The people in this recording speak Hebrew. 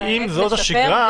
כי אם זו השגרה,